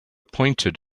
pointed